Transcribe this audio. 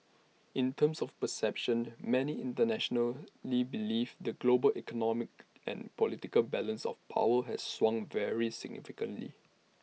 in terms of perceptions many internationally believe the global economic and political balance of power has swung very significantly